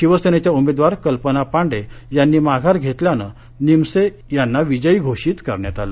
शिवसेनेच्या उमेदवार कल्पना पांडे यांनी माघार घेतल्यानं निमसे यांना विजयी घोषित करण्यात आलं